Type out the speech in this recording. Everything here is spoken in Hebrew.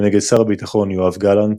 ונגד שר הביטחון יואב גלנט,